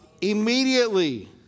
Immediately